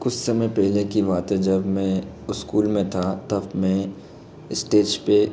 कुछ समय पहले की बात है जब मैं इस्कूल में था तब मैं इस्टेज पर